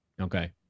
Okay